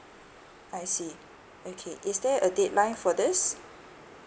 I see okay is there a dateline for this